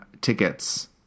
tickets